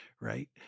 right